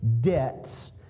debts